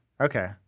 Okay